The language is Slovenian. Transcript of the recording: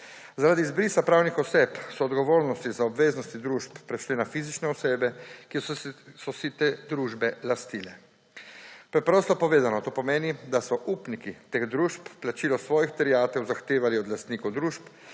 Zaradi izbrisa pravnih oseb so odgovornosti z obveznosti družb prešle na fizične osebe, ki so si te družbe lastile. Preprosto povedano to pomeni, da so upniki teh družb plačilo svojih terjatev zahtevali od lastnikov družb,